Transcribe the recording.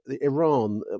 Iran